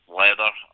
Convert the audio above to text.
leather